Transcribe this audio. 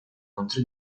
contro